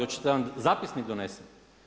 Hoćete da vam zapisnik donesem?